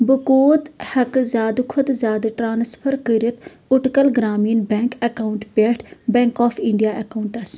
بہٕ کوٗت ہٮ۪کہٕ زِیٛادٕ کھۄتہٕ زِیٛادٕ ٹرانسفر کٔرِتھ اُٹکَل گرٛامیٖن بیٚنٛک اکاونٹ پٮ۪ٹھ بیٚنٛک آف انٛڈیا اکاونٹَس